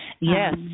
Yes